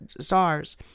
czars